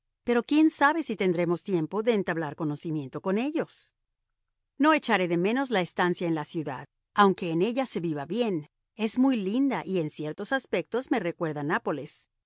pero quién sabe si tendremos tiempo de entablar conocimiento con ellos no echaré de menos la estancia en la ciudad aunque en ella se viva bien es muy linda y en ciertos aspectos me recuerda nápoles